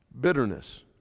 bitterness